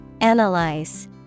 Analyze